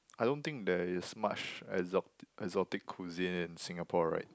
I don't think there is much exotic exotic cuisine in Singapore right